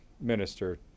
minister